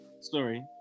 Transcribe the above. Sorry